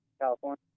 California